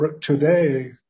today